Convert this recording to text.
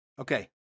Okay